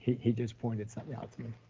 he, he, he just pointed something out to me.